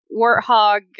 warthog